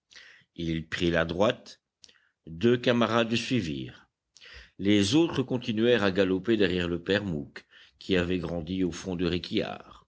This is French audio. il prit la droite deux camarades le suivirent les autres continuèrent à galoper derrière le père mouque qui avait grandi au fond de